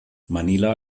manila